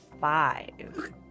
five